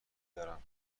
دارم